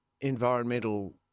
environmental